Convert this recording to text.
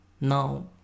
Now